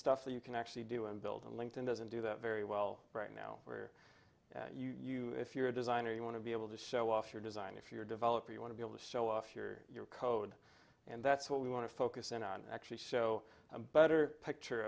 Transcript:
stuff that you can actually do and build a linked in doesn't do that very well right now where you if you're a designer you want to be able to show off your design if you're developer you want to be able to show off your your code and that's what we want to focus in on and actually show a better picture